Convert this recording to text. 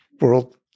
world